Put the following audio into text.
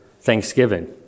Thanksgiving